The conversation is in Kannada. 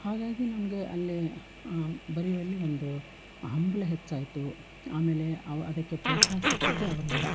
ಹಾಗಾಗಿ ನನಗೆ ಅಲ್ಲಿ ಬರೆವಲ್ಲಿ ಒಂದು ಹಂಬಲ ಹೆಚ್ಚಾಯಿತು ಆಮೇಲೆ ಅವು ಅದಕ್ಕೆ ಪ್ರೋತ್ಸಾಹ ಸಿಕ್ಕಿದ್ದೆ ಅವರಿಂದ